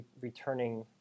returning